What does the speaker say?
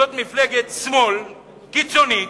זו מפלגת שמאל קיצונית,